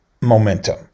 momentum